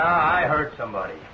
i heard somebody